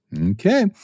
Okay